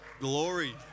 Glory